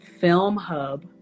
FilmHub